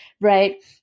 right